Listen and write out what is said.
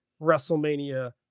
WrestleMania